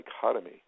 dichotomy